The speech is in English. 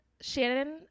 Shannon